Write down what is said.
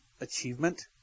achievement